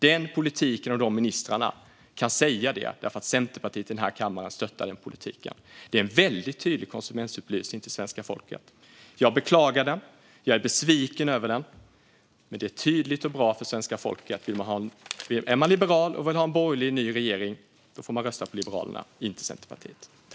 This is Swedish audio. Detta kan ministrarna säga därför att Centerpartiet i denna kammare stöttar den politiken. Det är en väldigt tydlig konsumentupplysning till svenska folket. Jag beklagar den. Jag är besviken över den. Men det är tydligt och bra för svenska folket att om man är liberal och vill ha en ny, borgerlig regering får man rösta på Liberalerna, inte Centerpartiet.